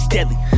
Deadly